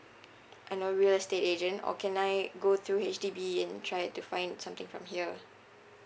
uh you know real estate agent or can I go through H_D_B and try to find something from here lah